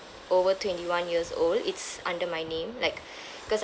over twenty one years old it's under my name like because